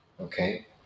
okay